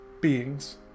beings